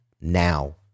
now